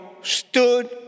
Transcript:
stood